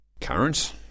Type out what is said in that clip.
Current